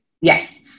Yes